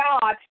God